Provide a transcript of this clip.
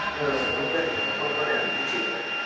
अँ हुन्छ नि म बनाइहाल्छु नि केही छैन